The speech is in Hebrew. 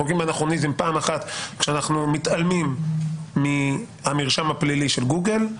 אנחנו לוקים באנכרוניזם פעם אחת כשאנחנו מתעלמים מהמרשם הפלילי של גוגל,